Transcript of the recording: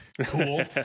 Cool